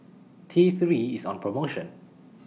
T three IS on promotion